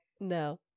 No